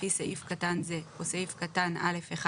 לפי סעיף קטן זה או סעיף קטן (א1),